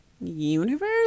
universe